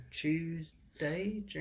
Tuesday